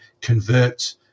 convert